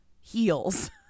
heels